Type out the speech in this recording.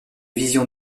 visions